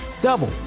double